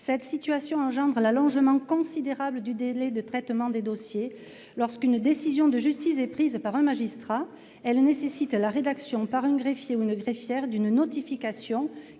Cette situation entraîne l'allongement considérable du délai de traitement des dossiers. En effet, lorsqu'une décision de justice est prise par un magistrat, elle nécessite la rédaction par un greffier ou une greffière d'une notification,